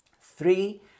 Three